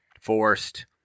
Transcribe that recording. forced